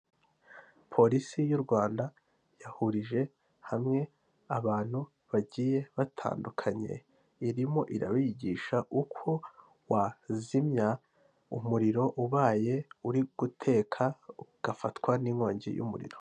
Polisi y'u Rwanda yahurije hamwe abantu bagiye batandukanye irimo irabigisha uko wazimya umuriro ubaye uri guteka ugafatwa n'inkongi y'umuriro.